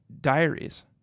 diaries